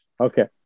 Okay